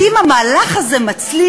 כי אם המהלך הזה מצליח,